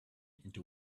into